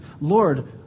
Lord